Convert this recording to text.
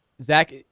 Zach